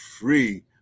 free